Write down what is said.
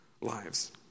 lives